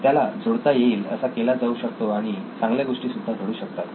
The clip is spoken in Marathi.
त्याला जोडता येईल असा केला जाऊ शकतो आणि चांगल्या गोष्टी सुद्धा घडू शकतात